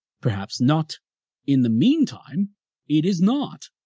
perhaps not in the meantime it is not,